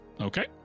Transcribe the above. Okay